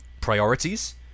priorities